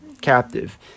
captive